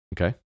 Okay